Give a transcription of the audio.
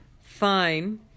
fine